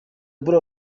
paul